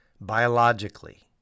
biologically